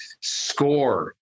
score